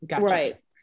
Right